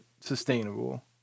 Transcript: sustainable